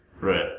Right